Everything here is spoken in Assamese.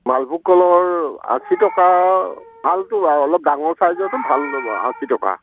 মালভোগ কলৰ আশী টকা ভালটো আৰু অলপ ডাঙৰ চাইজৰটো ভাল ল'ব আশী টকা